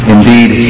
Indeed